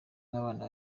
n’abana